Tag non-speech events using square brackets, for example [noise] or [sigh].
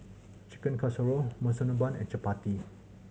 Chicken Casserole Monsunabe and Chapati [noise]